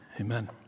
amen